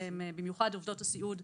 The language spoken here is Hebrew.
במיוחד עובדות הסיעוד,